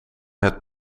het